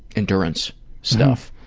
endurance stuff,